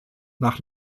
nach